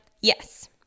yes